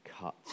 cut